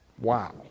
Wow